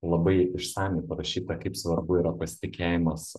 labai išsamiai parašyta kaip svarbu yra pasitikėjimas